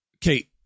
Kate